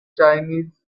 chinese